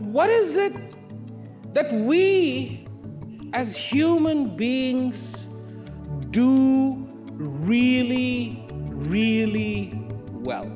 what is it that we as human beings do really really well